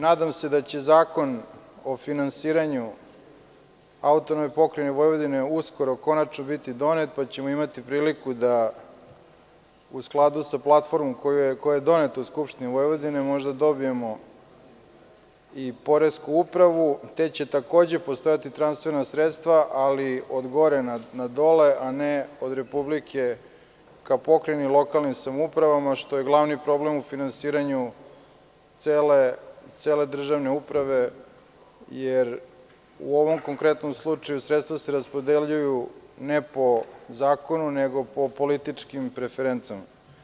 Nadam se da će Zakon o finansiranju AP Vojvodine uskoro i konačno biti donet, pa ćemo imati priliku da u skladu sa Platformom koja je doneta u Skupštini Vojvodine, možda dobijemo i Poresku upravu, te će takođe postojati transferna sredstva, ali od gore na dole, a ne od Republike ka pokrajini i lokalnim samoupravama, što je glavni problem u finansiranju cele državne uprave, jer u ovom konkretnom slučaju, sredstva se raspodeljuju ne po zakonu, nego po političkim preferencama.